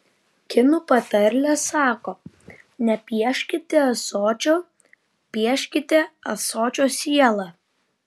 kinų patarlė sako nepieškite ąsočio pieškite ąsočio sielą